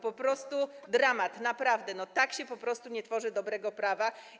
Po prostu dramat, naprawdę, tak się po prostu nie tworzy dobrego prawa.